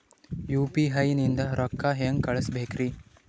UPI ನಿಂದ ರೊಕ್ಕ ಹೆಂಗ ಕಳಸಬೇಕ್ರಿ?